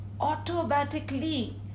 Automatically